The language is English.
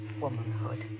Womanhood